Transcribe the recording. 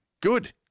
Good